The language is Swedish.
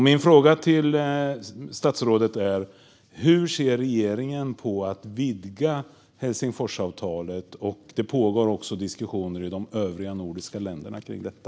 Min fråga till statsrådet är: Hur ser regeringen på att vidga Helsingforsavtalet? Det pågår också diskussioner i de övriga nordiska länderna om detta.